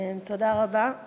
תודה רבה.